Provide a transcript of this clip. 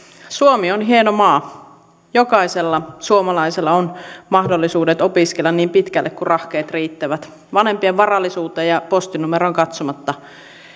suomi on hieno maa jokaisella suomalaisella on mahdollisuudet opiskella niin pitkälle kuin rahkeet riittävät vanhempien varallisuuteen ja postinumeroon katsomatta